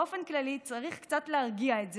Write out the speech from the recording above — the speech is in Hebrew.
באופן כללי צריך קצת להרגיע את זה,